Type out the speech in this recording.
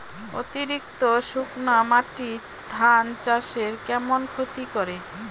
অতিরিক্ত শুকনা মাটি ধান চাষের কেমন ক্ষতি করে?